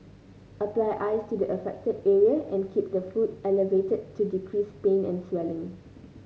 apply ice to the affected area and keep the foot elevated to decrease pain and swelling